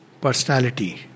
personality